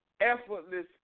Effortless